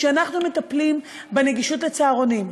כשאנחנו מטפלים בנגישות של צהרונים,